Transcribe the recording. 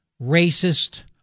racist